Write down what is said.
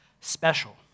special